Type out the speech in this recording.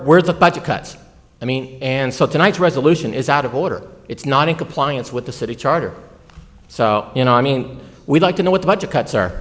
were the budget cuts i mean and so tonight resolution is out of order it's not in compliance with the city charter so you know i mean we'd like to know what budget cuts are